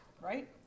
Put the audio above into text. right